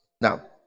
Now